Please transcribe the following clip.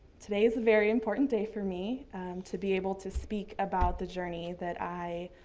today is a very important day for me to be able to speak about the journey that i